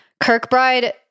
Kirkbride